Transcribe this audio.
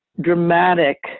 dramatic